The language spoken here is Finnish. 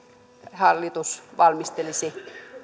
hallitus valmistelisi